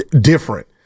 different